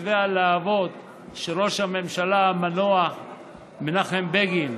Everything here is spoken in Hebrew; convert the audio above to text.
חוצבי הלהבות של ראש הממשלה המנוח מנחם בגין,